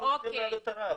אנחנו צריכים להעלות את הרף,